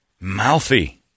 Mouthy